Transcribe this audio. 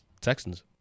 Texans